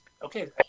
Okay